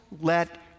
let